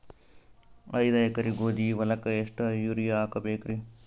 ಐದ ಎಕರಿ ಗೋಧಿ ಹೊಲಕ್ಕ ಎಷ್ಟ ಯೂರಿಯಹಾಕಬೆಕ್ರಿ?